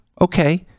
okay